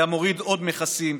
היה מוריד עוד מכסים,